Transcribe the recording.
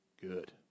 good